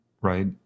right